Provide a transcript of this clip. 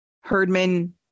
Herdman